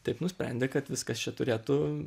taip nusprendė kad viskas čia turėtų